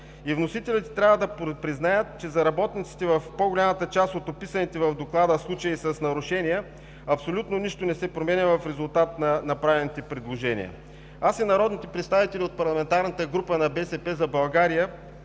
Вносителите трябва да признаят, че за по-голямата част от описаните в доклада случаи на нарушения с работници, абсолютно нищо не се променя в резултат на направените предложения. Аз и народните представители от парламентарната група на „БСП за България“